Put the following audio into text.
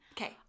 Okay